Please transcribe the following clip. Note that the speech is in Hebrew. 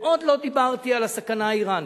ועוד לא דיברתי על הסכנה האירנית,